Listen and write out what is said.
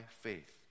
faith